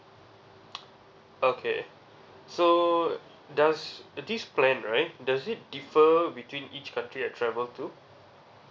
okay so does this plan right does it differ between each country I travel to